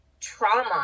trauma